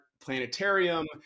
planetarium